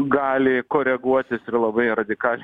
gali koreguotis ir labai radikaliai